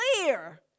clear